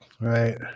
right